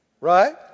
Right